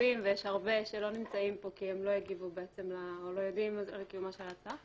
ויש הרבה שלא נמצאים פה כי הם לא יודעים על קיומה של ההצעה.